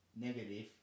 negative